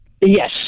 Yes